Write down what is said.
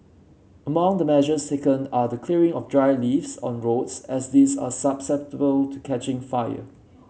among the measures taken are the clearing of dry leaves on roads as these are susceptible to catching fire